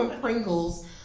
Pringles